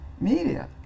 media